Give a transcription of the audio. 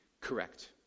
Correct